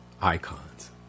icons